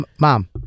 Mom